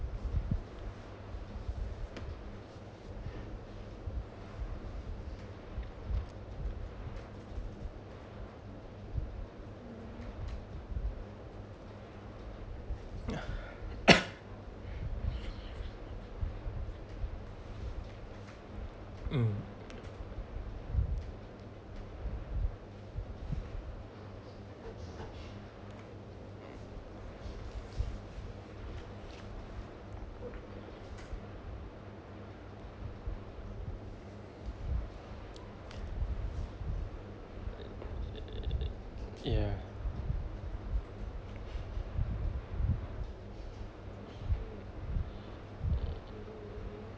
mm yeah